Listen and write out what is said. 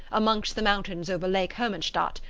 amongst the mountains over lake hermanstadt,